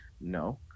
No